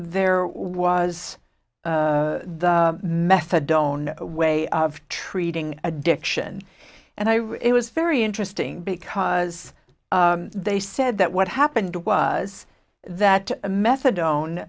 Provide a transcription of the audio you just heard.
there was the methadone way of treating addiction and i read it was very interesting because they said that what happened was that a methadone